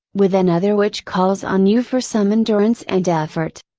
with another which calls on you for some endurance and effort.